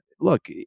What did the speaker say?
Look